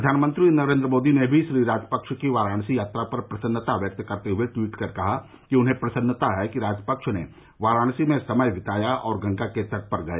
प्रधानमंत्री नरेंद्र मोदी ने भी श्री राजपक्ष की वाराणसी यात्रा पर प्रसन्नता व्यक्त करते हुए ट्वीट कर कहा कि उन्हें प्रसन्नता है कि राजपक्ष ने वाराणसी में समय बिताया और गंगा के तट पर गए